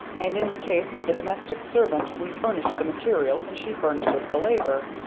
and in the case of the domestic servant we furnish the materials and she furnishes the labor.